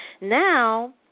Now